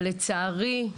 אבל, לצערי,